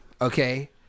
Okay